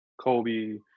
Kobe